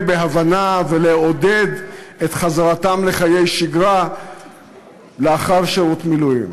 בהבנה ולעודד את חזרתם לחיי שגרה לאחר שירות מילואים.